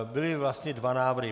Byly vlastně dva návrhy.